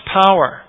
power